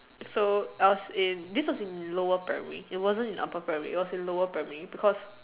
so I was in this was in lower primary it wasn't in upper primary it was in lower primary because